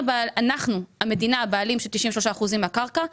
המדינה היא הבעלים של כ-93% מהקרקעות.